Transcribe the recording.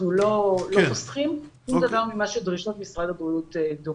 אנחנו לא חוסכים שום דבר מדרישות משרד הבריאות.